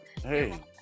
hey